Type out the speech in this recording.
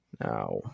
Now